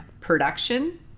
production